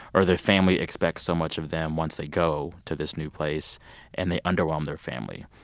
or their family expects so much of them once they go to this new place and they underwhelm their family.